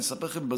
אני אספר לכם,